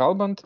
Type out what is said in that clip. kalbant